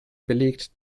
belegt